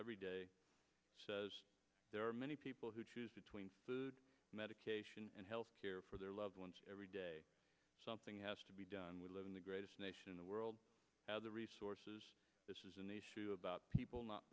every day there are many people who choose between medication and health care for their loved ones every day something has to be done we live in the greatest nation in the world the resources this is an issue about people not